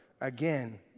again